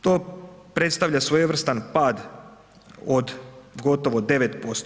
To predstavlja svojevrstan pad od gotovo 9%